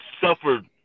suffered